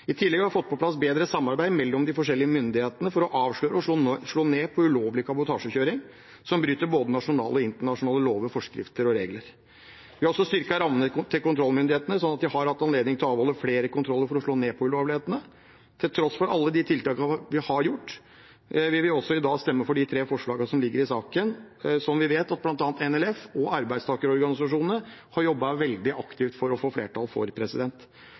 I tillegg har vi fått på plass bedre samarbeid mellom de forskjellige myndighetene for å avsløre og slå ned på ulovlig kabotasjekjøring som bryter med både nasjonale og internasjonale lover, forskrifter og regler. Vi har også styrket rammene til kontrollmyndighetene, sånn at de har hatt anledning til å avholde flere kontroller for å slå ned på ulovlighetene. Til tross for alle de tiltakene vi har iverksatt, vil vi også i dag stemme for de tre forslagene som ligger i saken, som vi vet at bl.a. NLF og arbeidstakerorganisasjonene har jobbet veldig aktivt for å få flertall for.